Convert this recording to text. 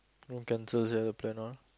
don't cancel sia the plan on